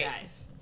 guys